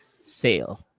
sale